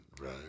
Right